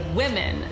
women